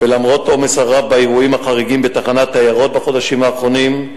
ולמרות עומס רב באירועים החריגים בתחנת עיירות בחודשים האחרונים,